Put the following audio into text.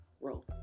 roll